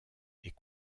est